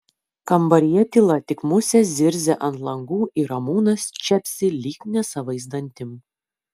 kambaryje tyla tik musės zirzia ant langų ir ramūnas čepsi lyg nesavais dantim